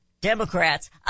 Democrats